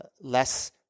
less